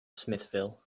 smithville